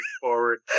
forward